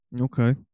okay